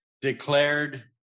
declared